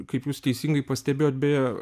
kaip jūs teisingai pastebėjot beje